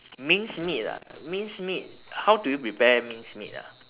minced meat ah minced meat how do you prepare minced meat ah